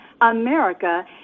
America